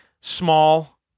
small